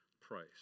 price